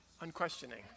Unquestioning